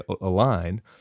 align